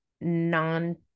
non